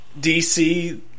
DC